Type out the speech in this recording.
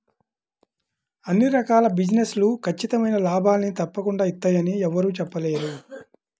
అన్ని రకాల బిజినెస్ లు ఖచ్చితమైన లాభాల్ని తప్పకుండా ఇత్తయ్యని యెవ్వరూ చెప్పలేరు